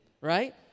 right